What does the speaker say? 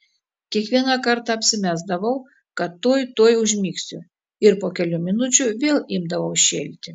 kiekvieną kartą apsimesdavau kad tuoj tuoj užmigsiu ir po kelių minučių vėl imdavau šėlti